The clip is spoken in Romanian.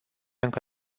încă